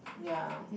yeah